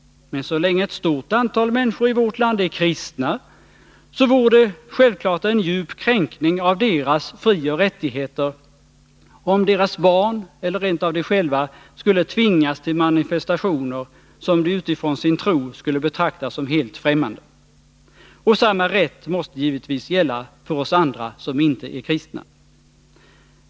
Men så länge ett stort antal människor i vårt land är kristna så vore det självfallet en djup kränkning av deras frioch rättigheter om deras barn eller rent av de själva skulle tvingas till manifestationer som de utifrån sin tro skulle betrakta som helt främmande. Och samma rätt måste givetvis gälla för oss andra som inte är kristna.